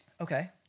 Okay